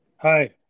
hi